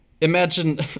imagine